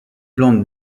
plante